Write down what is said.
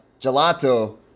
gelato